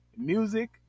music